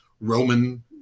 Roman